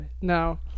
Now